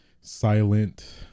silent